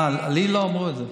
לי לא אמרו את זה.